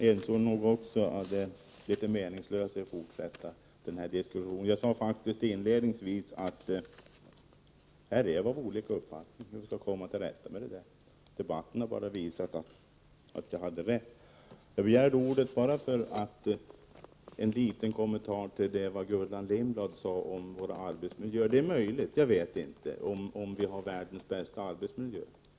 Herr talman! Också jag insåg det meningslösa i att fortsätta denna diskussion. Inledningsvis sade jag faktiskt att uppfattningarna är olika, hur man nu skall komma till rätta med detta problem. Diskussionen har visat att jag hade rätt. Jag begärde ordet för att något kommentera det som Gullan Lindblad sade om våra arbetsmiljöer. Jag vet inte, men det är möjligt att vi har världens bästa arbetsmiljö.